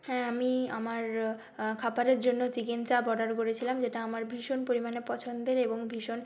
হ্যাঁ আমি আমার খাবারের জন্য চিকেন চাপ অর্ডার করেছিলাম যেটা আমার ভীষণ পরিমাণে পছন্দের এবং ভীষণ